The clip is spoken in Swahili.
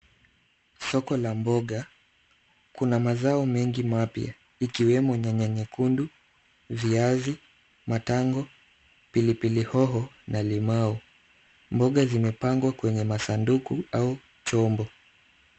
Soko la mboga, kuna mazao mengi mapya ikiwemo nyanya nyekundu, viazi, matango, pilipili hoho na limau. Mboga zimepangwa kwenye masanduku au chombo.